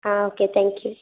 ಹಾಂ okay thank you